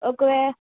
ఒకవేళ